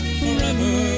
forever